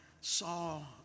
saw